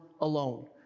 alone